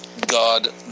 god